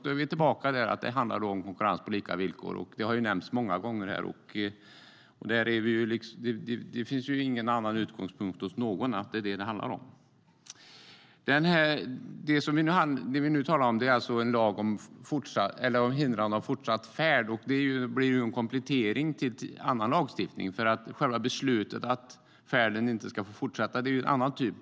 Då är vi tillbaka till vad det handlar om, nämligen konkurrens på lika villkor. Det har nämnts många gånger här, och det finns ingen annan utgångspunkt hos någon än att det är detta det handlar om. Det vi talar om är alltså en lag om hindrande av fortsatt färd. Det blir en komplettering till annan lagstiftning. Själva beslutet om att färden inte ska få fortsätta är av en annan typ.